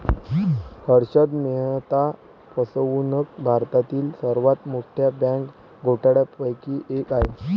हर्षद मेहता फसवणूक भारतातील सर्वात मोठ्या बँक घोटाळ्यांपैकी एक आहे